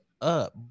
up